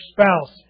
spouse